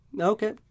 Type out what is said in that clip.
Okay